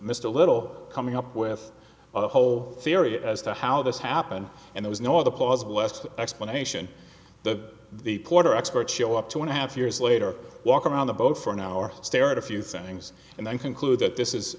a little coming up with a whole theory as to how this happened and there is no other plausible west explanation that the porter experts show up two and a half years later walk around the boat for an hour or stare at a few things and then conclude that this is